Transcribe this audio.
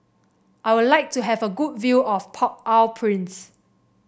I would like to have a good view of Port Au Prince